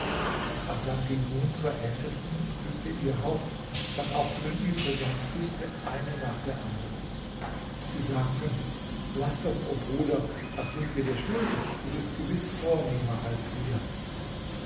hasan ging nun zur ältesten und küßte ihr haupt dann auch zu den übrigen und küßte eine nach der andern sie sagten laß doch o bruder das sind wir dir schuldig du bist gewiß vornehmer als wir